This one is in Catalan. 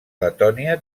letònia